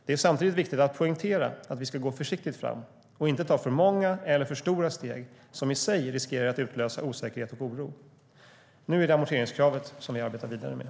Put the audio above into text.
Det är samtidigt viktigt att poängtera att vi ska gå försiktigt fram och inte ta för många eller för stora steg som i sig riskerar utlösa osäkerhet och oro. Nu är det amorteringskravet som vi arbetar vidare med.